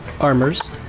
armors